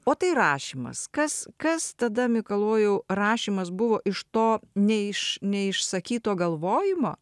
o tai rašymas kas kas tada mikalojau rašymas buvo iš to neiš neišsakyto galvojimo